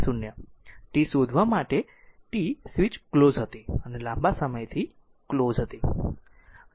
t શોધવા માટે t switch close હતો અને લાંબા સમયથી ક્લોઝ હતો